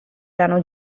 erano